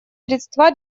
средства